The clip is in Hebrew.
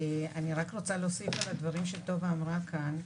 אני רק רוצה להוסיף על הדברים שטובה אמרה כאן,